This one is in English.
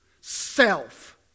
Self